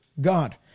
God